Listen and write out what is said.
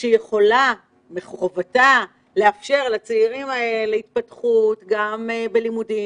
שיכולה ומחובתה לאפשר לצעירים האלה להתפתחות גם בלימודים,